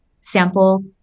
sample